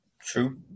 True